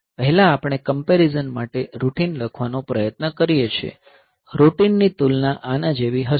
પહેલા આપણે કમ્પેરીઝન માટે રૂટિન લખવાનો પ્રયત્ન કરીએ છીએ રૂટીનની તુલના આના જેવી હશે